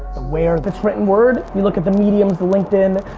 the where. that's written word. you look at the mediums, linkedin,